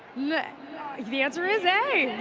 yeah the answer is a!